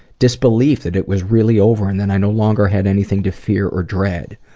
disbelief that it was really over and that i no longer had anything to fear or dread.